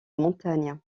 montagnes